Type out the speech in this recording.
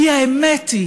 כי האמת היא